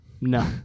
No